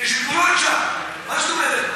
יש גבולות שם, מה זאת אומרת?